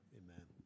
amen